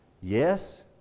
yes